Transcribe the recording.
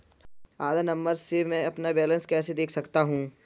आधार number से मैं अपना बैलेंस कैसे देख सकता हूँ?